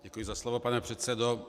Děkuji za slovo, pane předsedo.